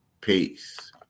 Peace